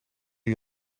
you